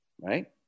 right